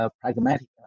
pragmatic